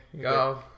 Go